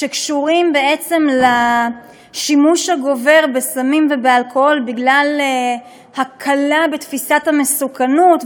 שקשורים בעצם לשימוש הגובר בסמים ובאלכוהול בגלל הקלה בתפיסת המסוכנות,